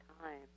time